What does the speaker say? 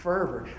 fervor